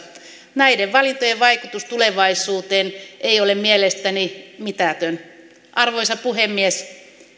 näiden valintojen vaikutus tulevaisuuteen ei ole mielestäni mitätön arvoisa puhemies